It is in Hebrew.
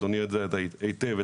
אדוני יודע את זה היטב,